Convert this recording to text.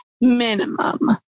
minimum